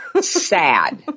sad